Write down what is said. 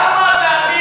אבל אנחנו דקה ורבע.